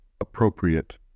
appropriate